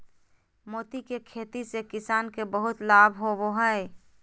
मोती के खेती से किसान के बहुत लाभ होवो हय